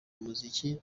umuziki